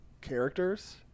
characters